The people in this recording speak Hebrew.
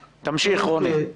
תמשיך, רוני.